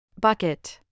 Bucket